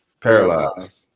Paralyzed